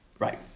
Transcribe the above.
Right